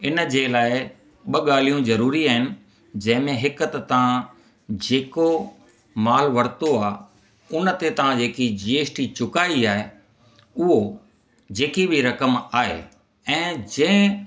इनजे लाइ ॿ ॻाल्हियूं ज़रूरी आहिनि जंहिंमें हिकु त तव्हां जेको माल वरितो आहे उनते तव्हां जेकी जी एस टी चुकाई आहे उहो जेकी बि रक़म आहे ऐं जंहिं